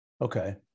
Okay